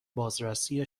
بازرسی